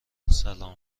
سلام